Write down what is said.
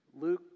Luke